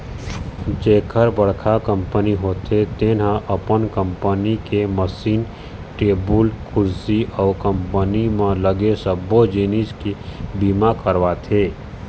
जेखर बड़का कंपनी होथे तेन ह अपन कंपनी के मसीन, टेबुल कुरसी अउ कंपनी म लगे सबो जिनिस के बीमा करवाथे